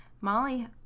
Molly